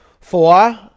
Four